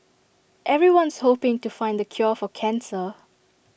everyone's hoping to find the cure for cancer